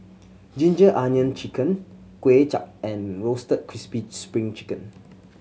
ginger onion chicken Kuay Chap and Roasted Crispy Spring Chicken